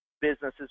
businesses